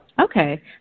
Okay